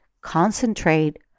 concentrate